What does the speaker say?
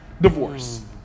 divorce